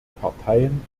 parteien